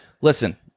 Listen